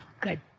Good